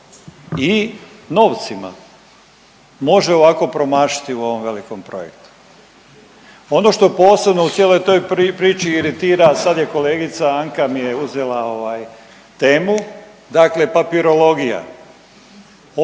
i novcima može ovako promašiti u ovom velikom projektu? Ono što posebno u cijeloj toj priči iritira sad je kolegica Anka mi je uzela temu, dakle papirologija. Ovo na